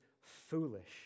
foolish